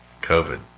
COVID